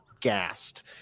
gassed